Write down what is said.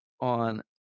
on